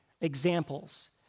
examples